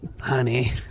honey